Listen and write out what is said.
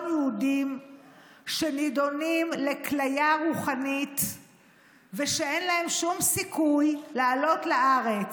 יהודים שנידונים לכליה רוחנית ושאין להם שום סיכוי לעלות לארץ?